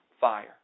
fire